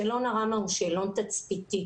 שאלון הראמ"ה הוא שאלון תצפיתי.